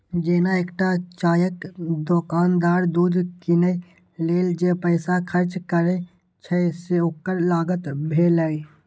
जेना एकटा चायक दोकानदार दूध कीनै लेल जे पैसा खर्च करै छै, से ओकर लागत भेलै